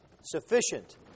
sufficient